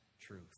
truth